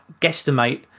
guesstimate